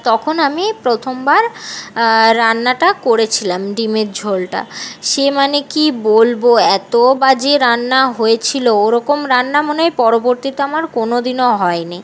তখন আমি প্রথমবার রান্নাটা করেছিলাম ডিমের ঝোলটা সে মানে কি বলবো এত বাজে রান্না হয়েছিলো ওরকম রান্না মনে হয় পরবর্তীতে আমার কোনো দিনও হয় নি